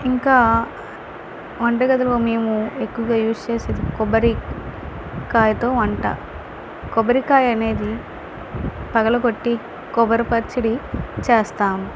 ఇంకా వంటగదిలో మేము ఎక్కువగా యూజ్ చేసేది కొబ్బరికాయతో వంట కొబ్బరికాయ అనేది పగలగొట్టి కొబ్బరి పచ్చడి చేస్తాము